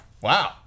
Wow